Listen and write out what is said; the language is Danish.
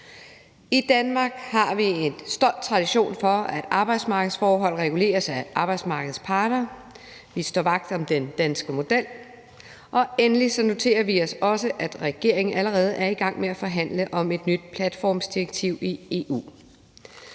I Danmark har vi en stolt tradition for, at arbejdsmarkedsforhold reguleres af arbejdsmarkedets parter, vi står vagt om den danske model, og endelig noterer vi os også, at regeringen allerede er i gang med at forhandle om et nyt platformsdirektiv i EU.